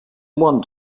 one